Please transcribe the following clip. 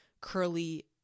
curly